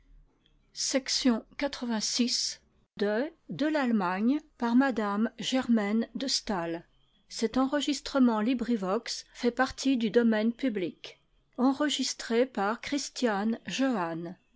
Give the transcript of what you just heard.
de m de